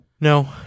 no